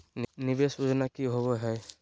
निवेस योजना की होवे है?